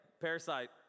parasite